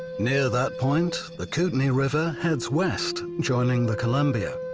near that point, the kootenay river heads west joining the columbia.